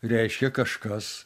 reiškia kažkas